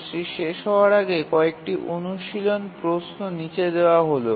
কোর্সটি শেষ হওয়ার আগে কয়েকটি অনুশীলন প্রশ্ন নীচে দেওয়া হল